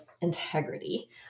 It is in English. integrity